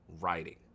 writing